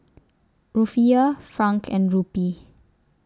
Rufiyaa Franc and Rupee